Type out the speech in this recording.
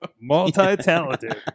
Multi-talented